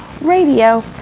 radio